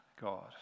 God